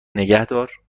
نگهدار